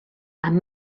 amb